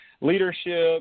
leadership